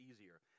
easier